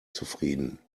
zufrieden